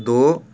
ਦੋ